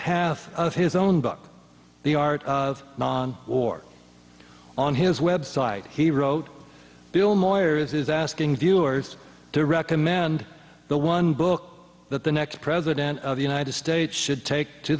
behalf of his own book the art of war on his website he wrote bill moyers is asking viewers to recommend the one book that the next president of the united states should take to